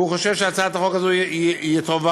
והוא חושב שהצעת החוק הזאת היא טובה,